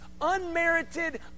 unmerited